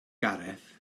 gareth